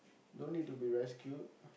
don't need to be rescued